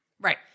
Right